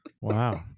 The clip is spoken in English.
Wow